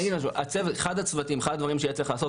אחד הדברים שיש לעשות